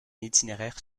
itinéraire